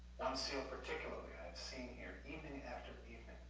one seal particularly i've seen here evening after evening.